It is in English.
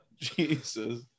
Jesus